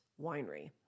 Winery